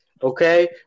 Okay